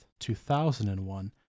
2001